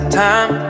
time